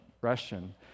Russian